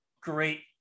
great